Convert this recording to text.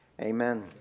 amen